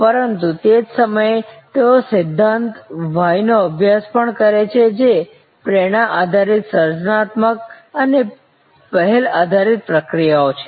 પરંતુ તે જ સમયે તેઓ સિદ્ધાંત Yનો અભ્યાસ પણ કરે છે જે પ્રેરણા આધારિત સર્જનાત્મકતા અને પહેલ આધારિત પ્રક્રિયાઓ છે